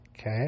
okay